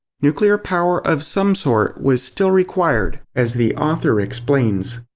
nuclear power of some sort was still required, as the author explains.